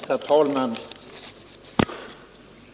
Herr talman!